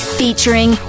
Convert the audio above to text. featuring